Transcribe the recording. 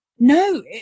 No